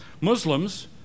Muslims